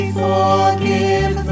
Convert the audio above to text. forgive